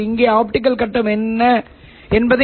இந்த வெளியீட்டு துறைமுகத்தில் நான் என்ன பெறுவேன்